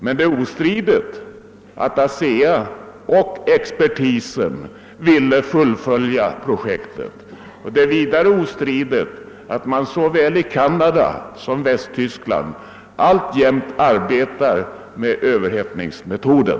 Men det är ostridigt att ASEA och expertisen ville fullfölja projektet. Det är vidare ostridigt att man såväl i Canada som i Västtyskland alltjämt arbetar med överhettningsmetoden.